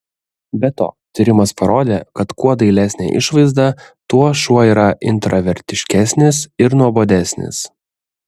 be to tyrimas parodė kad kuo dailesnė išvaizda tuo šuo yra intravertiškesnis ir nuobodesnis